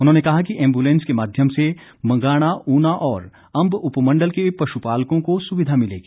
उन्होंने कहा कि एम्बुलेंस के माध्यम से बंगाणा ऊना और अम्ब उपमंडल के पशुपालकों को सुविधा मिलेगी